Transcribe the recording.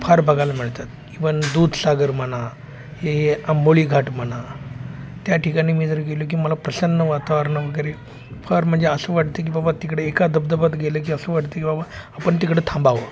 फार बघायला मिळतात इव्हन दूधसागर म्हणा हे आंबोली घाट म्हणा त्या ठिकाणी मी जर गेलो की मला प्रसन्न वातावरण वगैरे फार म्हणजे असं वाटतं की बाबा तिकडे एका धबधब्यात गेलं की असं वाटतं की बाबा आपण तिकडे थांबावं